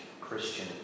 Christian